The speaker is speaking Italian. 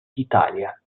italia